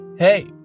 Hey